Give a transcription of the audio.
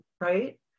right